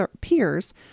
peers